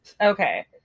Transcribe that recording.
Okay